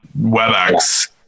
webex